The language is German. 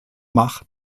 mach